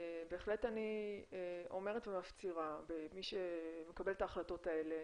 בהחלט אני אומרת ומפצירה במי שמקבל את ההחלטות האלה,